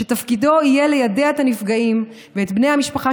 שתפקידו יהיה ליידע את הנפגעים ואת בני המשפחה